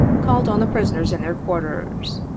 called on the prisoners in their quarters.